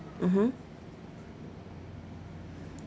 mmhmm